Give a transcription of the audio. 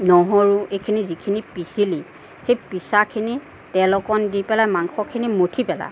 নহৰু এইখিনি যিখিনি পিচিলি সেই পিচাখিনি তেল অকণমান দি পেলাই মাংসখিনি মঠি পেলা